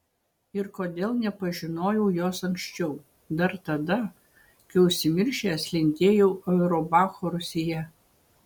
ir kodėl nepažinojau jos anksčiau dar tada kai užsimiršęs lindėjau auerbacho rūsyje